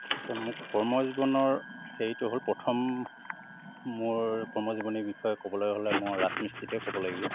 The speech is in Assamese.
আচ্ছা মোৰ কৰ্মজীৱনৰ হেৰিটো হ'ল প্ৰথম মোৰ কৰ্মজীৱনীৰ বিষয়ে ক'বলৈ হ'লে মোৰ ৰাজমিস্ত্ৰীটোৱে ক'ব লাগিব